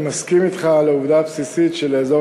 אני מסכים אתך על העובדה הבסיסית שלאזור